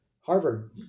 Harvard